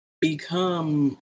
become